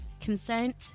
consent